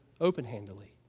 open-handedly